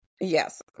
yes